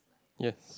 yes